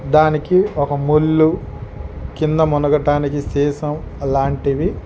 దానికి ఒక ముళ్ళు కింద మునగటానికి సీసం లాంటివి